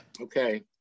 okay